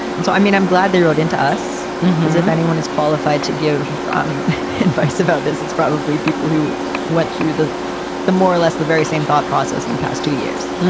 and so, i mean, i'm glad they wrote into us as if anyone is qualified to give advice about this. it's probably people who went through the the more or less the very same thought process in the past two years.